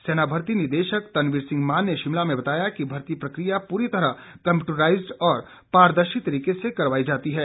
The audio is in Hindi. सेना भर्ती निदेशक तनवीर सिंह मान ने शिमला में बताया कि भर्ती प्रक्रिया पूरी तरह कम्पयूटराईज्ड है और पारदर्शी तरीके से करवाई जाती है